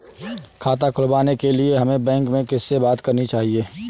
खाता खुलवाने के लिए हमें बैंक में किससे बात करनी चाहिए?